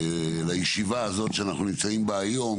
לישיבה הזאת שאנחנו נמצאים בה היום,